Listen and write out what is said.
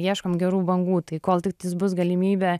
ieškom gerų bangų tai kol tiktais bus galimybė